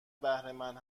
بهرهمند